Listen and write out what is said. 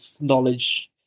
knowledge